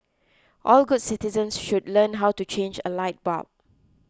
all good citizens should learn how to change a light bulb